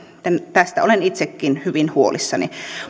tästä olen itsekin hyvin huolissani